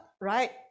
right